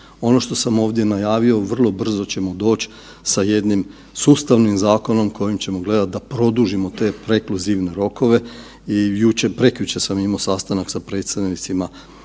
Ono što sam ovdje najavio, vrlo brzo ćemo doći sa jednim sustavnim zakonom kojim ćemo gledati da produžimo te prekluzivne rokove i jučer, prekjučer sam imao sastanak sa predstavnicima